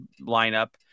lineup